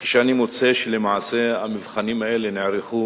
כשאני מוצא שלמעשה המבחנים האלה